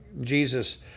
Jesus